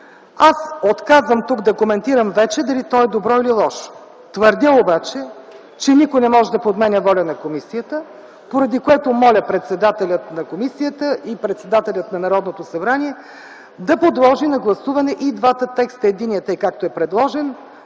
Аз отказвам тук да коментирам вече дали то е добро или лошо. Твърдя обаче, че никой не може да подменя волята на комисията, поради което моля председателят на комисията и председателят на Народното събрание да подложи на гласуване и двата текста – единият, както е предложен,